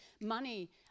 money